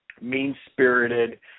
mean-spirited